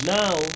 now